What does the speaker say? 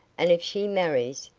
and if she marries,